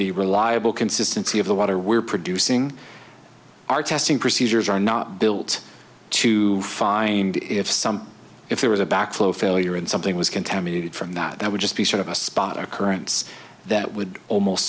the reliable consistency of the water we're producing our testing procedures are not built to find if something if there was a back flow failure and something was contaminated from that that would just be sort of a spot occurrence that would almost